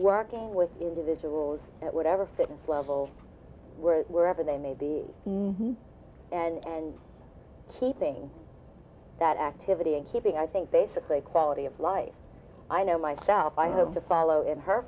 working with individuals at whatever fitness level we're wherever they may be no and keeping that activity in keeping i think basically quality of life i know myself i hope to follow in her